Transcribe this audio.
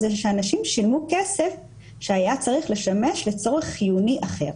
זה שאנשים שילמו כסף שהיה צריך לשמש לצורך חיוני אחר.